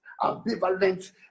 Ambivalent